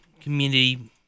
community